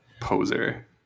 Poser